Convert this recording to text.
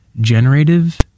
Generative